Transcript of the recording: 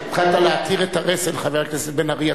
התחלת להתיר את הרסן, חבר הכנסת בן-ארי.